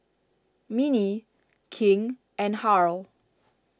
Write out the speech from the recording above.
Minnie King and Harl